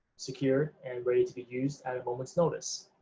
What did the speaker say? secure and ready to be used at a moment's notice.